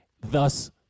thus